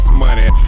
money